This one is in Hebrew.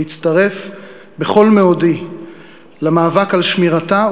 להצטרף בכל מאודי למאבק על שמירתה,